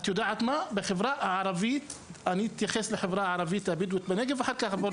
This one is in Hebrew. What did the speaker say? אני אתייחס לחברה הבדואית בנגב ואני יכול להגיד